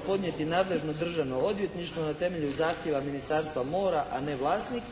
podnijeti nadležno državno odvjetništvo na temelju zahtjeva Ministarstva mora a ne vlasnik,